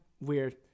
weird